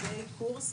מדי קורס,